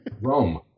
Rome